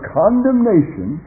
condemnation